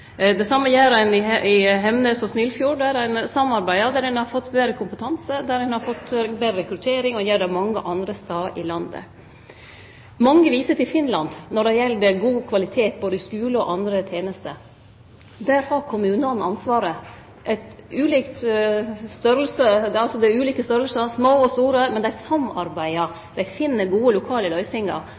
Det same gjer ein i Hemnes og Snillfjord, ein samarbeider, ein har fått betre kompetanse, ein har fått betre rekruttering, og ein gjer det mange andre stader i landet. Mange viser til Finland når det gjeld god kvalitet både i skule og andre tenester. Der har kommunane ansvaret. Det er kommunar av ulik storleik – små og store – men dei samarbeider. Dei finn gode lokale løysingar.